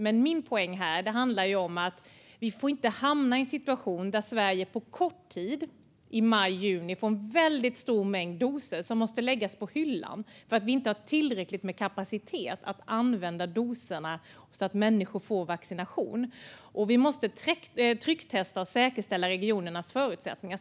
Men min poäng är att vi inte får hamna i en situation där Sverige på kort tid i maj-juni får en väldigt stor mängd doser som måste läggas på hyllan för att vi inte har tillräckligt med kapacitet att använda doserna så att människor blir vaccinerade. Vi måste därför trycktesta och säkerställa regionernas förutsättningar.